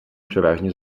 převážně